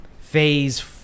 Phase